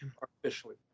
artificially